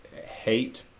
hate